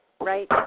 Right